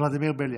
ולדימיר בליאק.